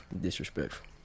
Disrespectful